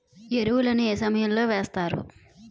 ఎరువుల ను ఏ సమయం లో వేస్తారు?